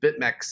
BitMEX